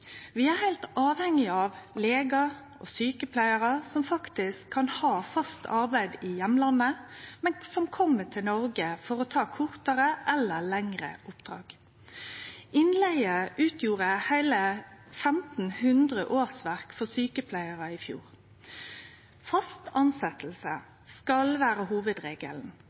Vi er heilt avhengige av legar og sjukepleiarar som faktisk kan ha fast arbeid i heimlandet, men som kjem til Noreg for å ta kortare eller lengre oppdrag. Innleige utgjorde heile 1 500 årsverk for sjukepleiarar i fjor. Fast tilsetjing skal vere hovudregelen,